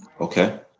okay